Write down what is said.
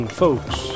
folks